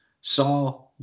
saw